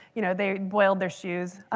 you know, they're boiled their shoes,